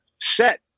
set